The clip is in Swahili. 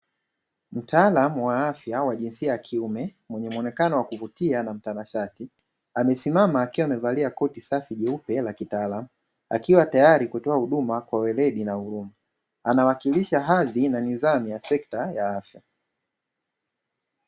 Mtaalamu wa afya, wa jinsia ya kiume, mwenye muonekano wa kuvutia na mtanashati, amesimama akiwa amevalia koti safi jeupe la kitaalamu, akiwa tayari kutoa huduma kwa weredi na huruma; anawakilisha hadhi na nidhamu ya sekta ya afya.